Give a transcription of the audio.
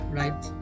right